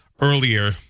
earlier